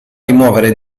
rimuovere